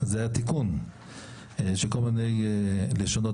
הוא אמור להשתמש